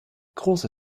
große